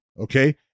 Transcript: okay